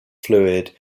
fluid